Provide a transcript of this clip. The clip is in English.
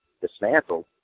dismantled